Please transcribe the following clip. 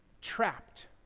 trapped